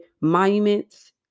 monuments